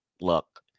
look